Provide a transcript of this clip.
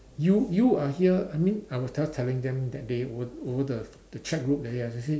you you are here I mean I was tell telling them that day over over the the chat group ya they say